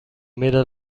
middle